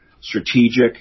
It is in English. strategic